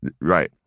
Right